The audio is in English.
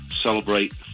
celebrate